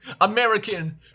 American